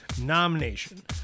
nomination